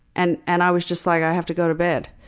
and and i was just like, i have to go to bed.